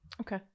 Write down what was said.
okay